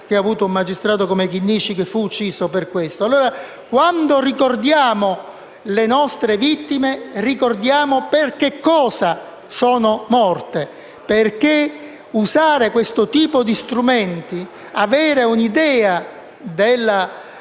che ha avuto un magistrato come Chinnici, che fu ucciso per questo. Quando allora ricordiamo le nostre vittime, ricordiamo per che cosa sono morte, perché usare questo tipo di strumenti, avere un'idea della